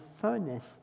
furnace